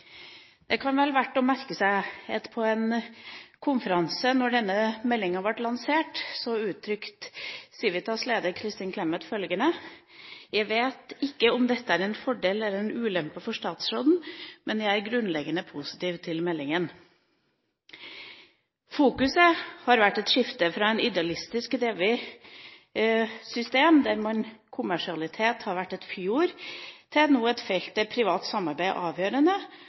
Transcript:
Det kan være vel verdt å merke seg at på en konferanse, da denne meldingen ble lansert, uttalte Civitas leder, Kristin Clemet, følgende: «Jeg vet ikke om det er en fordel eller ulempe for statsråden, men jeg er grunnleggende positiv til denne meldingen». Fokuset har vært et skifte fra et idealistisk drevet system der kommersialitet har vært et fyord, til nå å bli et felt der privat samarbeid er avgjørende,